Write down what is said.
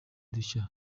dushya